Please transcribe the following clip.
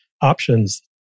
options